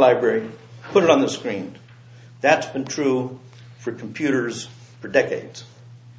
library put it on the screen that's been true for computers for decades